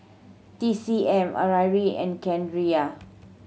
T C M Arai and Carrera